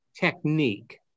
technique